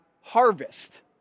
harvest